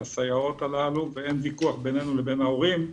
לסייעות הללו ואין ויכוח בינינו לבין ההורים,